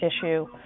issue